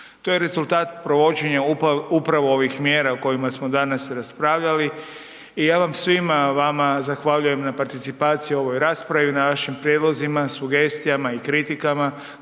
To je rezultat provođenja upravo ovih mjera o kojima smo danas raspravljali i ja vam svima zahvaljujem na participaciji u ovoj raspravi, na vašim prijedlozima, sugestijama i kritikama